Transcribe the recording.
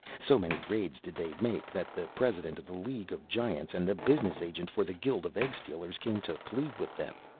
so many raids did they make that the president of the league of giants and the business agent for the guild of egg-stealers came to plead with them.